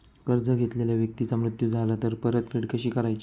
कर्ज घेतलेल्या व्यक्तीचा मृत्यू झाला तर परतफेड कशी करायची?